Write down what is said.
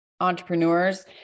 entrepreneurs